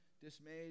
Dismayed